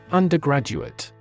undergraduate